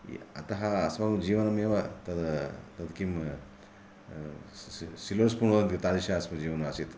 अतः अस्माकं जीवनमेव तत् तद् किं सिल्वर् स्पून् इति वदन्ति तादृशं अस्माकं जीवनम् आसीत्